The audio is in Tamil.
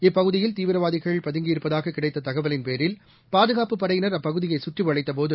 இப்பகுதியில் தீவிரவாதிகள் பதுங்கியிருப்பதாககிடைத்ததகவலின்பேரில் பாதுகாப்புப் படையினர் அப்பகுதியைசுற்றிவளைத்தபோது